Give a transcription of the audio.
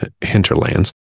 hinterlands